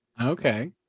Okay